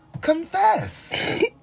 confess